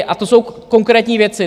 A to jsou konkrétní věci.